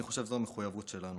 אני חושב שזו המחויבות שלנו.